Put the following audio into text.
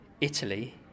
Italy